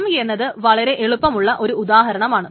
some എന്നത് വളരെ എളുപ്പമുള്ള ഒരു ഉദാഹരണമാണ്